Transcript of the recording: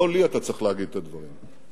לא לי אתה צריך להגיד את הדברים האלה,